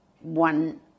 one